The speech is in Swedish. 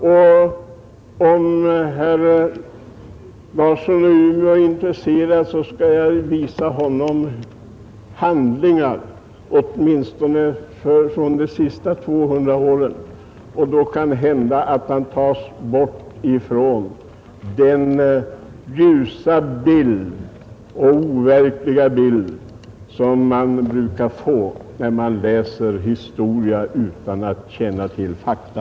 Om herr Larsson är intresserad skall jag visa honom handlingar, åtminstone från de senaste 200 åren, och då kanhända att han tas bort från den ljusa och overkliga bild som man brukar få när man läser historia utan att känna till fakta.